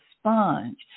sponge